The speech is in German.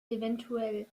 evtl